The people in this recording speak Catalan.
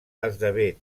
esdevé